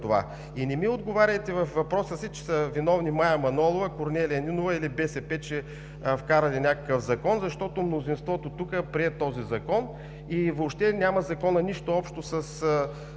Не ми казвайте в отговора си, че са виновни Мая Манолова, Корнелия Нинова или БСП, че вкарали някакъв закон, защото мнозинството тук прие този закон и той въобще няма нищо общо с